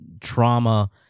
trauma